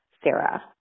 Sarah